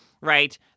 right